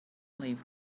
leave